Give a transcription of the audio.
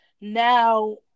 now